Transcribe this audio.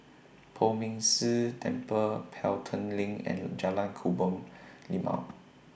Poh Ming Tse Temple Pelton LINK and Jalan Kebun Limau